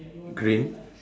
grey